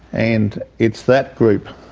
and it's that group,